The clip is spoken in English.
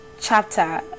chapter